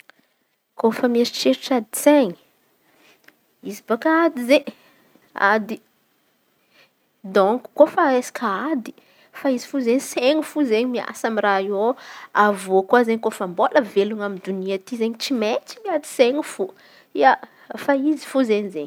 Kôfa mieritreritry adin-tsain̈y misy bôaka ady zey, ady dônko koa refa resaky ady fa izy fô zey seny zey miasa amy raha iô. Avy eo koa zey kôfa mbola velognô amy donia ty izen̈y tsy maintsy miady seny fô. Ia, efa izy fô izen̈y zey.